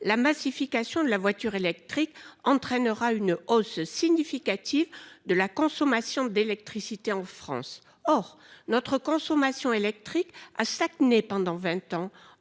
la massification de la voiture électrique entraînera une hausse significative de la consommation d'électricité en France. Or notre consommation électrique a stagné pendant 20 ans,